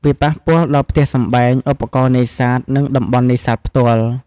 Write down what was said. វាប៉ះពាល់ដល់ផ្ទះសម្បែង ឧបករណ៍នេសាទ និងតំបន់នេសាទផ្ទាល់។